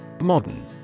Modern